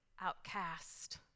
outcast